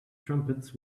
trumpets